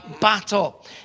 battle